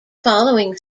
following